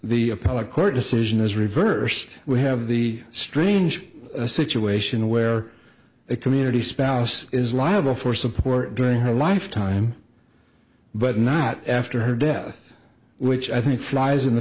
the appellate court decision is reversed we have the strange situation where a community spouse is liable for support during her lifetime but not after her death which i think flies in the